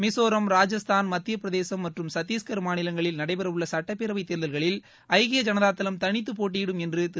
மிசோரம் ராஜஸ்தான் மத்தியப்பிரதேசம் மற்றும் சத்தீஸ்கர் மாநிலங்களில் நடைபெற உள்ள சட்டப்பேரவைத் தேர்தலில் ஐக்கிய ஜனதாதளம் தனித்துப் போட்டியிடும் என்று திரு